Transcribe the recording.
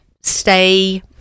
stay